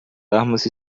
armas